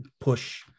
push